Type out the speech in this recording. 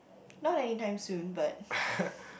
no that in time soon but